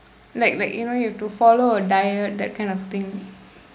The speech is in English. like like you know you have to follow a diet that kind of thing